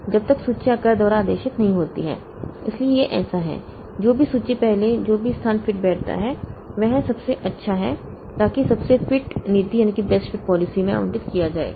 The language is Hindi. जब तक सूची आकार द्वारा आदेशित नहीं होती है इसलिए यह ऐसा है जो भी सूची पहले जो भी स्थान फिट बैठता है वह सबसे अच्छा है ताकि सबसे फिट नीति में आवंटित किया जाएगा